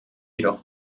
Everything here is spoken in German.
jedoch